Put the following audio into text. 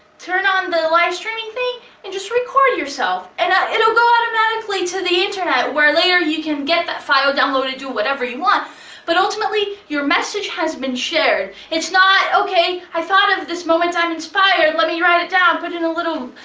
turn on the live streaming thing and just record yourself and that it ll go automatically to the internet where later you can get that file downloaded to whatever you want but ultimately, your message has been shared. it s not, okay, i thought of this moment, i m inspired, let me write it down, put in a little,